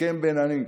הסכם בין עמים,